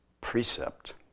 precept